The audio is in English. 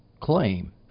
claim